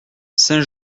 saint